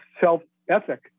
self-ethic